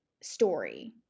story